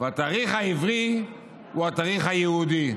והתאריך העברי הוא התאריך היהודי.